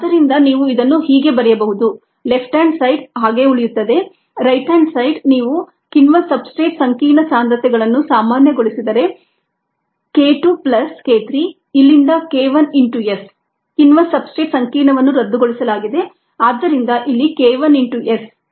ಆದ್ದರಿಂದ ನೀವು ಇದನ್ನು ಹೀಗೆ ಬರೆಯಬಹುದು ಲೆಫ್ಟ್ ಹ್ಯಾಂಡ್ ಸೈಡ್ ಹಾಗೆ ಉಳಿಯುತ್ತದೆ ರೈಟ್ ಹ್ಯಾಂಡ್ ಸೈಡ್ ನೀವು ಕಿಣ್ವ ಸಬ್ಸ್ಟ್ರೇಟ್ ಸಂಕೀರ್ಣ ಸಾಂದ್ರತೆಗಳನ್ನು ಸಾಮಾನ್ಯಗೊಳಿಸಿದರೆ k2 ಪ್ಲಸ್ k 3 ಇಲ್ಲಿಂದ k 1 ಇಂಟು S ಕಿಣ್ವಸಬ್ಸ್ಟ್ರೇಟ್ ಸಂಕೀರ್ಣವನ್ನು ರದ್ದುಗೊಳಿಸಲಾಗಿದೆ ಆದ್ದರಿಂದ ಇಲ್ಲಿ k 1 ಇಂಟು S